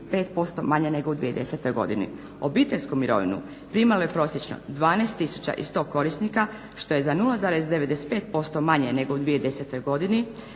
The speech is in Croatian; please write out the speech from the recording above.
Obiteljsku mirovinu primalo je prosječno 12 tisuća i 100 korisnika što je za 0,95% manje nego u 2010. godini